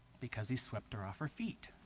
because he swept her off her feet